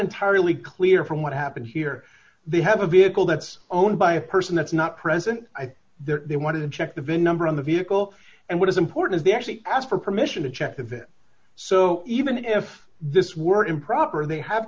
entirely clear from what happened here they have a vehicle that's owned by a person that's not present i think there they want to check the vin number on the vehicle and what is important is they actually ask for permission to check of it so even if this were improper they have